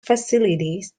facilities